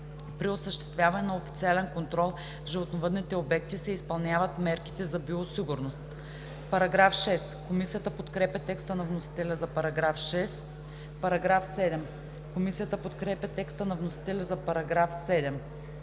При осъществяване на официален контрол в животновъдните обекти се изпълняват мерките за биосигурност.“ Комисията подкрепя текста на вносителя за § 6. Комисията подкрепя текста на вносителя за § 7.